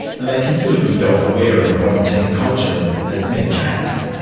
and they considered themselves aware of modern teen culture and and its many traps.